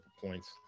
points